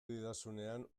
didazunean